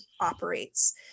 operates